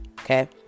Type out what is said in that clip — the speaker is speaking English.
Okay